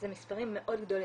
אלה מספרים מאוד גדולים.